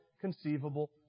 conceivable